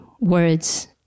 words